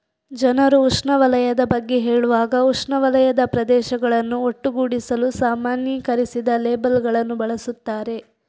ಜನರು ಉಷ್ಣವಲಯದ ಬಗ್ಗೆ ಹೇಳುವಾಗ ಉಷ್ಣವಲಯದ ಪ್ರದೇಶಗಳನ್ನು ಒಟ್ಟುಗೂಡಿಸಲು ಸಾಮಾನ್ಯೀಕರಿಸಿದ ಲೇಬಲ್ ಗಳನ್ನು ಬಳಸುತ್ತಾರೆ